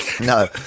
no